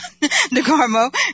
DeGarmo